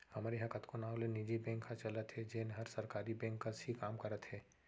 हमर इहॉं कतको नांव ले निजी बेंक ह चलत हे जेन हर सरकारी बेंक कस ही काम करत हे